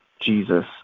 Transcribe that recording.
Jesus